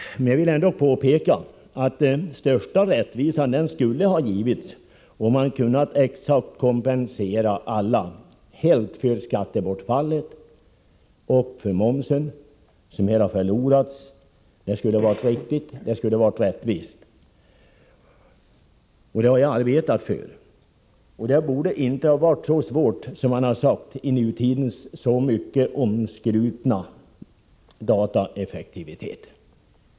Men jag vill ändå påpeka att den största rättvisan skulle ha åstadkommits om man kunnat kompensera alla helt för de skattebelopp och den moms som de förlorat. Det skulle ha varit riktigt och rättvist, och det har jag arbetat för. Med vår tids så omskrutna dataeffektivitet borde det inte ha varit så svårt som man hävdat!